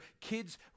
kids